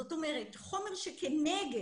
זאת אומרת, חומר שכנגד.